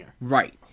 Right